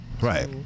Right